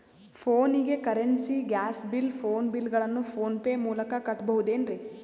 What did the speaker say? ಫೋನಿಗೆ currency, gas bill, phone bill ಗಳನ್ನು PhonePe ಮೂಲಕ ಕಟ್ಟಬಹುದೇನ್ರಿ?